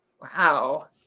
Wow